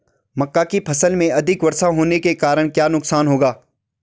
मक्का की फसल में अधिक वर्षा होने के कारण क्या नुकसान होगा?